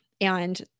and-